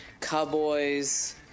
cowboys